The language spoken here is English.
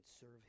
serve